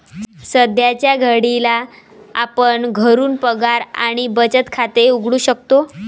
सध्याच्या घडीला आपण घरून पगार आणि बचत खाते उघडू शकतो